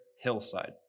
hillside